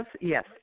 Yes